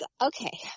okay